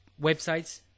websites